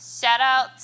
Shout-out